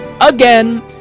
again